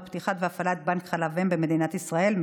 פתיחה והפעלה של בנק חלב אם במדינת ישראל.